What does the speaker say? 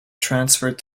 transferred